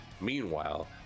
meanwhile